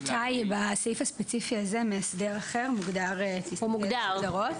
בסעיף הספציפי הזה מאסדר אחר מוגדר בהגדרות.